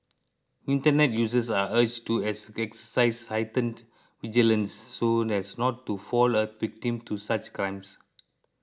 internet users are urged to exercise heightened vigilance so as not to fall uh victim to such crimes